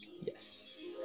Yes